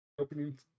opening